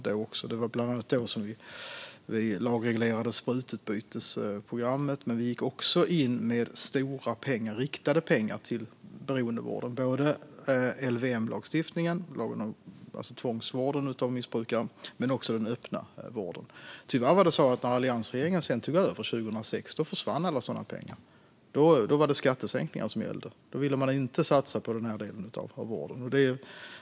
Det var då vi bland annat lagreglerade sprututbytesprogrammet, men vi gick också in med stora och riktade pengar till beroendevården, både när det gäller LVM-lagstiftningen, alltså tvångsvården av missbrukare, och den öppna vården. Tyvärr försvann alla sådana pengar när alliansregeringen tog över 2006. Då var det skattesänkningar som gällde, och man ville inte satsa på denna del av vården.